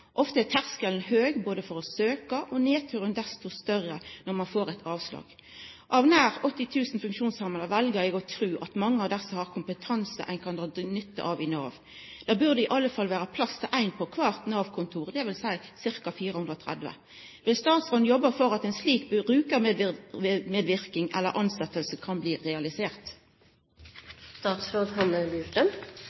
Ofte er terskelen høg for å søkja, og nedturen desto større når ein får eit avslag. Av nær 80 000 funksjonshemma vel eg å tru at mange av desse har kompetanse ein kan dra nytte av i Nav. Det burde i alle fall vera plass til ein på kvart Nav-kontor, dvs. ca. 430. Vil statsråden jobba for at ein slik